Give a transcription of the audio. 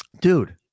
Dude